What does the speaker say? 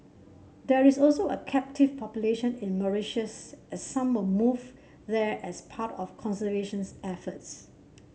there is also a captive population in Mauritius as some were moved there as part of conservation efforts